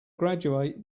graduate